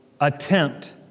Attempt